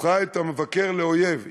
הפכה את המבקר לאויב.